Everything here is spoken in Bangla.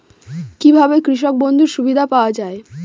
কি ভাবে কৃষক বন্ধুর সুবিধা পাওয়া য়ায়?